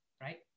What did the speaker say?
Right